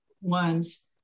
ones